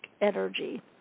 energy